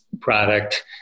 product